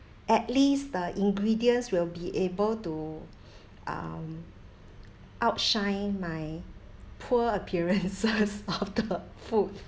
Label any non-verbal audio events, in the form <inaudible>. at least the ingredients will be able to um outshine my poor appearances <laughs> of the food